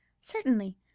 Certainly